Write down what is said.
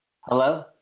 Hello